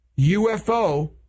UFO